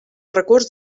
recurs